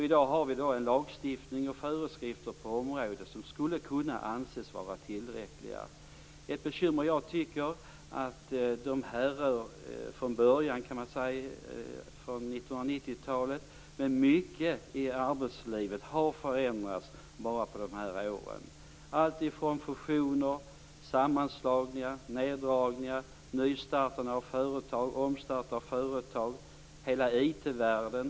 I dag har vi lagstiftning och föreskrifter på området som skulle kunna anses vara tillräckliga. Jag tycker att det i dag finns ett bekymmer som från början, kan man säga, härrör från 1990-talet. Mycket i arbetslivet har förändrats bara på de här åren. Det har varit fusioner, sammanslagningar, neddragningar, nystartande av företag och omstart av företag. Vi har hela IT-världen.